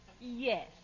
Yes